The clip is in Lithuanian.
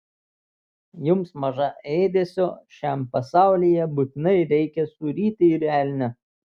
jums maža ėdesio šiam pasaulyje būtinai reikia suryti ir elnią